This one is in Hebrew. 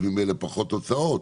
אז ממילא פחות הוצאות.